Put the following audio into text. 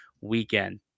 weekend